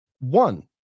one